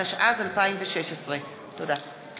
התשע"ז 2016. תודה.